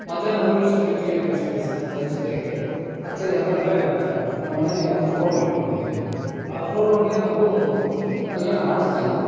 ಮಧ್ಯಾಹ್ನ ಊಟದ ಸಮಯಕ್ಕೆ ಕಳಿಸ್ಬಿಡಿ ಸರ್ ಲಂಚ್ ಬ್ರೇಕ್ಗೆ ಆಕ್ಚುಲಿ ಯಾಕೆಂದರೆ ನಾವು ಮನೆಯಲ್ಲಿ ಯಾವುದೋ ಫೋರುಮ್ ಇಟ್ಕೊಂಡಿದ್ದೀವಿ ಆ ಫೋರುಮ್ಗೆ ನಾವೂ ಅಡುಗೆನ ಮಾಡಿಸ್ತಿಲ್ಲ